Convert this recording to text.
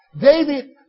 David